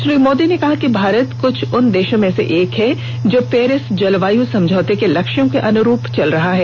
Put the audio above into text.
श्री मोदी ने कहा कि भारत कुछ उन देशों में से एक है जो पेरिस जलवायु समझौते के लक्ष्यों के अनुरूप चल रहा है